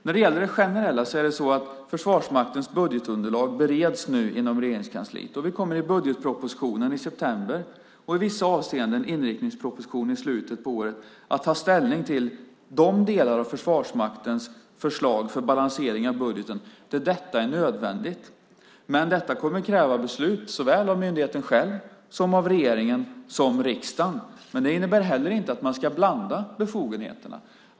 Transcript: När det gäller det generella bereds nu Försvarsmaktens budgetunderlag inom Regeringskansliet. Vi kommer i budgetpropositionen i september och i vissa avseenden i inriktningspropositionen i slutet på året att ta ställning till de delar av Försvarsmaktens förslag för balansering av budgeten där detta är nödvändigt. Men det kommer att kräva beslut såväl av myndigheten själv som av regeringen och riksdagen. Det innebär inte att man ska blanda befogenheterna.